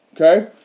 Okay